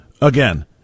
Again